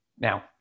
Now